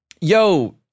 Yo